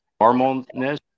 normalness